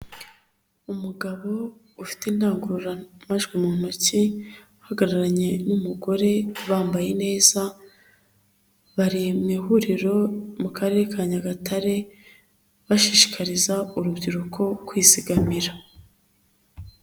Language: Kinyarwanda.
Umugabo ufite indangururamajwi mu ntoki, Uhagararanye n'umugore bambaye neza, bari mu ihuriro, mu karere ka Nyagatare, bashishikariza urubyiruko kwizimira.